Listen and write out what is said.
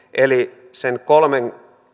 eli sen kolmen